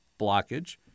blockage